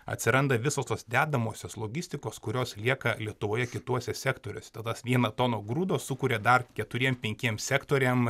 atsiranda visos tos dedamosios logistikos kurios lieka lietuvoje kituose sektoriuose tai tas viena tona grūdo sukuria dar keturiem penkiem sektoriam